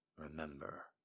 Remember